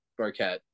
Barquette